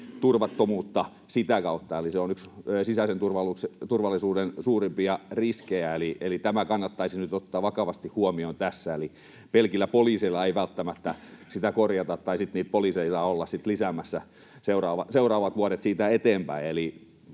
turvattomuutta? Se on yksi sisäisen turvallisuuden suurimpia riskejä. Tämä kannattaisi nyt ottaa vakavasti huomioon tässä, eli pelkillä poliiseilla ei välttämättä sitä korjata, tai sitten niitä poliiseja saa olla lisäämässä seuraavat vuodet siitä eteenpäin.